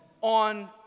on